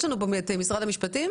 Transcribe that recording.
יש כאן מישהו ממשרד המשפטים?